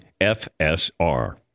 FSR